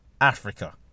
Africa